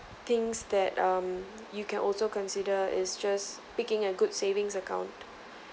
things that um you can also consider is just picking a good savings account